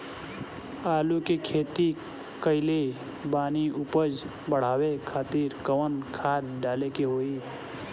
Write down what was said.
आलू के खेती कइले बानी उपज बढ़ावे खातिर कवन खाद डाले के होई?